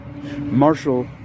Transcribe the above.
Marshall